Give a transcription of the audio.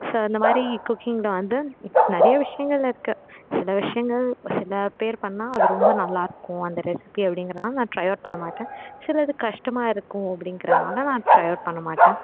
so இந்த மாதிரி குக்கிங்கில் வந்து நிறைய விஷயங்கள் இருக்குது சில விஷயங்கள் சில பேர் பண்ணிணா அது ரொம்ப நல்லாருக்கும் அந்த ரெசிபி அப்டிங்கிறதுனால் நான் ட்ரை அவுட் பண்ணமாட்டேன் சிலது கஷ்டமாக இருக்கும் அப்படிங்கிறனால நான் ட்ரை அவுட் பண்ணமாட்டேன்